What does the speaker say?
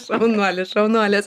šaunuolis šaunuolis